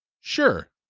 Sure